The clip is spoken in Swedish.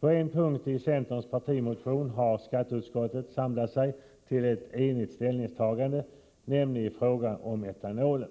På en punkt i centerns partimotion har skatteutskottet samlat sig till ett enigt ställningstagande, nämligen i frågan om etanolen.